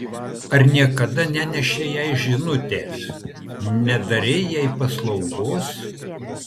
ar niekada nenešei jai žinutės nedarei jai paslaugos